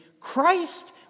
Christ